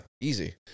Easy